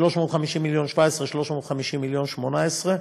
350 מיליון ל-2017, 350 מיליון ל-2018,